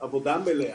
עבודה מלאה,